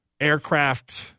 aircraft